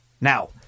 Now